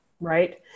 right